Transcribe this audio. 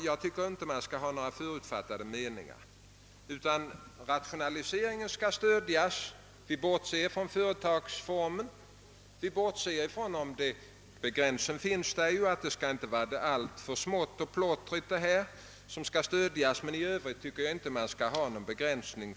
Jag tycker inte man skall ha några förutfattade meningar, utan rationaliseringen skall stödjas och vi skall bortse från företagsformen. Rationaliseringsstöd skall naturligtvis inte vara alltför små och splittrade, men i Övrigt tycker jag inte att man skall ha någon begränsning.